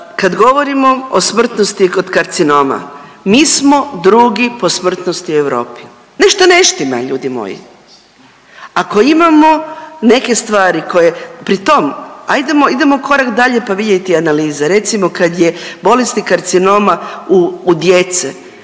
kad govorimo o smrtnosti kod karcinoma, mi smo drugi po smrtnosti u Europi. Nešto ne štima ljudi moji, ako imamo neke stvari koje pri tom ajdemo idemo korak dalje pa vidjeti analize, recimo kad je bolesti karcinoma u djece